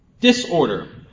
Disorder